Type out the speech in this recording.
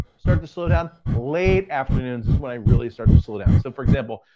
start to slow down, late afternoons is when i really start to slow down. so for example,